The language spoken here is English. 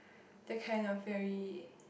the kind of very